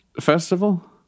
festival